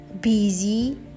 busy